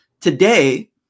today